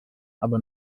aber